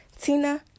Tina